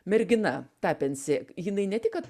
mergina tapensi jinai ne tik kad